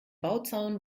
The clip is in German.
bauzaun